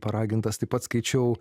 paragintas taip pat skaičiau